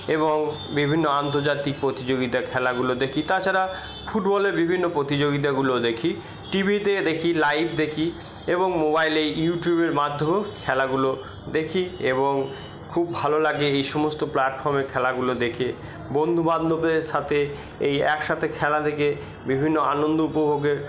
এবং বিভিন্ন আন্তর্জাতিক প্রতিযোগিতা খেলাগুলো দেখি তাছাড়া ফুটবলে বিভিন্ন প্রতিযোগিতাগুলো দেখি টিভিতে দেখি লাইভ দেখি এবং মোবাইলে ইউটিউবের মাধ্যমেও খেলাগুলো দেখি এবং খুব ভালো লাগে এই সমস্ত প্লাটফর্মে খেলাগুলো দেখে বন্ধুবান্ধবের সাথে এই একসাথে খেলা দেখে বিভিন্ন আনন্দ উপভোগের